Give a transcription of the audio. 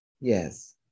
Yes